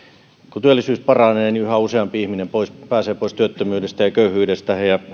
kun työllisyys paranee niin yhä useampi ihminen pääsee pois työttömyydestä ja köyhyydestä ja ja